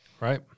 right